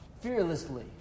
fearlessly